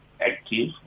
active